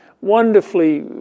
wonderfully